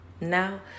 Now